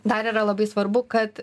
dar yra labai svarbu kad